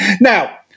Now